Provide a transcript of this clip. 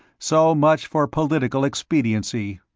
so much for political expediency.